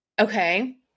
Okay